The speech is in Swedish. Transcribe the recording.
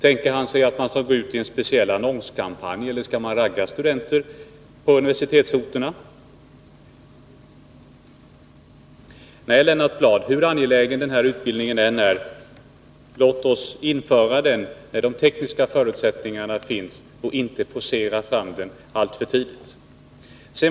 Tänker han sig att man skall gå ut i en speciell annonskampanj, eller skall man ragga studenter på utbildningsorterna? Nej, Lennart Bladh, låt oss— hur angelägen denna utbildning än är — införa den när de tekniska förutsättningarna finns och inte forcera fram den alltför tidigt.